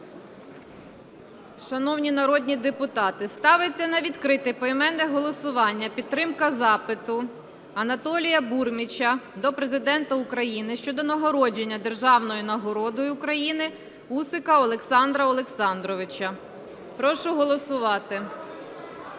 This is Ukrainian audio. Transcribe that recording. шановні народні депутати, ставиться на відкрите поіменне голосування підтримка запиту Анатолія Бурміча до Президента України щодо нагородження державною нагородою України Усика Олександра Олександровича. Прошу голосувати.